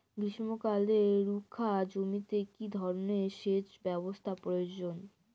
গ্রীষ্মকালে রুখা জমিতে কি ধরনের সেচ ব্যবস্থা প্রয়োজন?